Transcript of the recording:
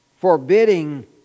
forbidding